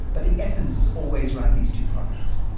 but the essence is always around these two products.